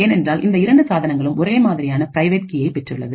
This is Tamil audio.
ஏனென்றால் இந்த இரண்டு சாதனங்களும் ஒரே மாதிரியான பிரைவேட் கீயை பெற்றுள்ளது